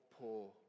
poor